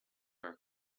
her